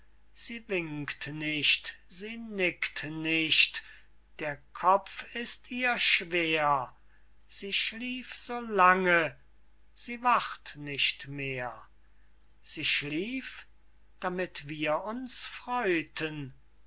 sie winkt nicht sie nickt nicht der kopf ist ihr schwer sie schlief so lange sie wacht nicht mehr sie schlief damit wir uns freuten